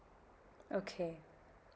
okay